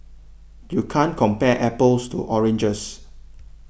you can't compare apples to oranges